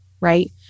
right